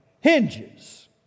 hinges